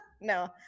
no